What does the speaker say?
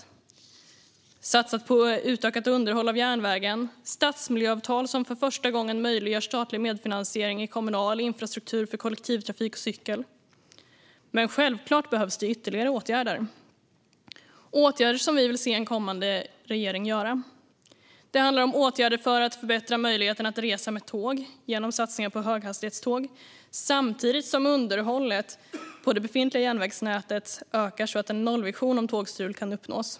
Vi har satsat på utökat underhåll av järnvägen och stadsmiljöavtal som för första gången möjliggör statlig medfinansiering i kommunal infrastruktur för kollektivtrafik och cykel. Självklart behövs ytterligare åtgärder - åtgärder som vi vill se en kommande regering vidta. Det handlar om åtgärder för att förbättra möjligheterna att resa med tåg genom satsningar på höghastighetståg samtidigt som underhållet på det befintliga järnvägsnätet ökar så att en nollvision om tågstrul kan uppnås.